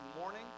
morning